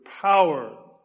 power